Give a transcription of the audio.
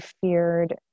feared